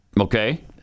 Okay